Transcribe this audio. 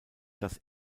das